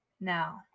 Now